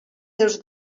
seus